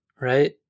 Right